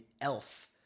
elf